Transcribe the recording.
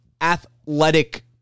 athletic